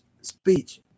speech